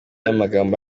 amagambo